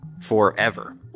forever